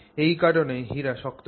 এই কারনেই হিরা এত শক্ত হয়